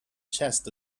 chest